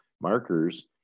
markers